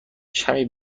کمی